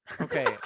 Okay